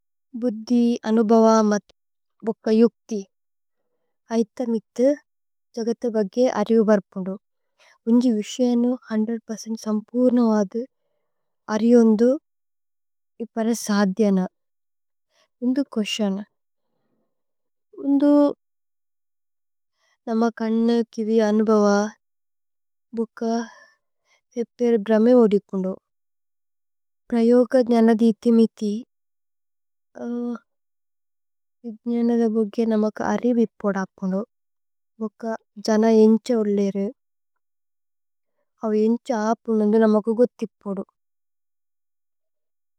ഭുദ്ധി അനുഭവ മത് ബുഖ യുക്ഥി। ഐഥ മിഥ് ജഗഥ് ബഘേ അരിവര്പുന്ദു। ഉന്ജി വിശേനു നൂറ്% സമ്പൂര്നവദു। അരി ഉന്ദു ഇപ്പര സാധ്യന। ഉന്ദു കോശ്യന ഉന്ദു നമ കന്ന കിവി। അനുഭവ ബുഖ ലേപ്പേര ബ്രമേ ഓദിപുന്ദു। പ്രയോഗജ്നന ദിഥി മിഥി വിജ്നന ബഘേ। നമക് അരിവിപ്പോദ അപുന്ദു ഭുഖ ജന। ഏന്ഛ ഉല്ലേരു അഓ ഏന്ഛ। അപുന്ദു ഉന്ദു നമക് ഉഗുഥിപ്പോദു।